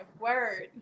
word